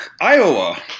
Iowa